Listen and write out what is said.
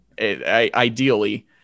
Ideally